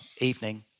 evening